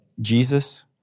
Jesus